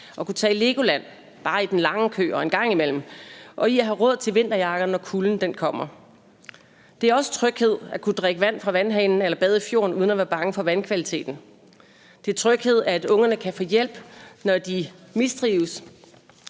og kunne tage i LEGOLAND, bare i den lange kø og en gang imellem, og til at have råd til vinterjakker, når kulden kommer. Det er også tryghed at kunne drikke vand fra vandhanen eller bade i fjorden uden at være bange for vandkvaliteten. Det er tryghed, at ungerne kan få hjælp, når de mistrives,